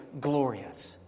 Glorious